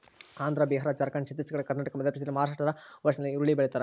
ಆಂಧ್ರ ಬಿಹಾರ ಜಾರ್ಖಂಡ್ ಛತ್ತೀಸ್ ಘಡ್ ಕರ್ನಾಟಕ ಮಧ್ಯಪ್ರದೇಶ ಮಹಾರಾಷ್ಟ್ ಒರಿಸ್ಸಾಲ್ಲಿ ಹುರುಳಿ ಬೆಳಿತಾರ